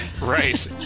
Right